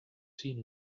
seen